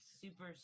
super